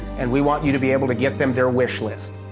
and we want you to be able to get them their wishlist.